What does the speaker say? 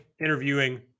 interviewing